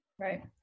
Right